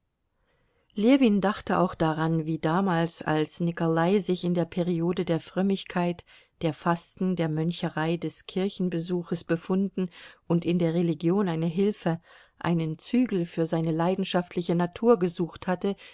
ljewin dachte auch daran wie damals als nikolai sich in der periode der frömmigkeit der fasten der möncherei des kirchenbesuches befunden und in der religion eine hilfe einen zügel für seine leidenschaftliche natur gesucht hatte